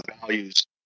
values